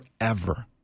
Forever